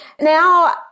Now